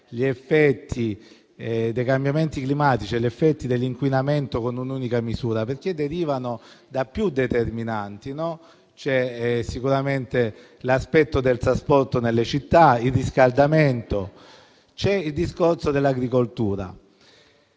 gli effetti dei cambiamenti climatici e dell'inquinamento con un'unica misura, perché derivano da più determinanti. Ci sono sicuramente il trasporto nelle città, il riscaldamento e la questione legata all'agricoltura: